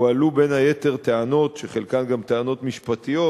הועלו בין היתר טענות, שחלקן גם טענות משפטיות,